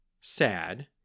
sad